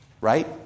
right